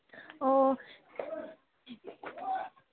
ꯑꯣ